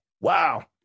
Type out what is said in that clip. Wow